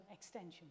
extension